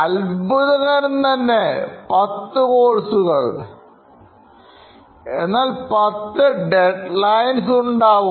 അത്ഭുതകരം 10 കോഴ്സുകൾ എന്നാൽ പത്ത് Deadlines ഉണ്ടാവും